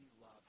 love